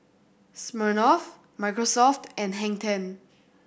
Smirnoff Microsoft and Hang Ten